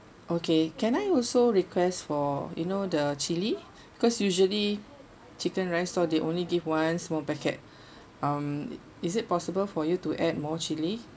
okay can I also request for you know the chili because usually chicken rice stall they only give one small packet um is it possible for you to add more chilli